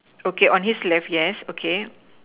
okay on his left yes okay